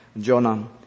Jonah